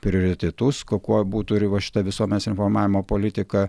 prioritetus kuo kuo būt turi va šita visuomenės informavimo politika